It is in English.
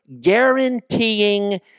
guaranteeing